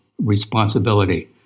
responsibility